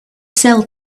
sell